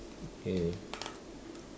okay wait